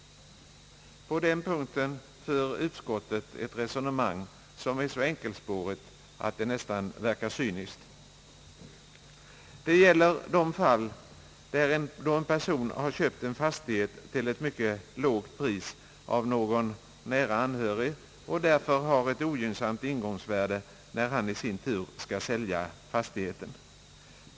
På den punkten för utskottet ett resonemang som är så enkelspårigt att det nästan verkar cyniskt. Det gäller det fall då en person har köpt en fastighet till ett mycket lågt pris av någon nära anhörig och därför har ett ogynnsamt ingångsvärde när han i sin tur skall sälja fastigheten.